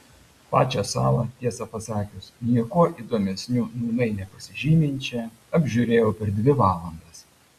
pačią salą tiesą pasakius niekuo įdomesniu nūnai nepasižyminčią apžiūrėjau per dvi valandas